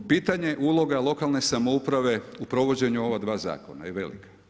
Pitanje uloga lokalne samouprave u provođenju ova dva zakona je velika.